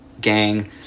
gang